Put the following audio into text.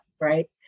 Right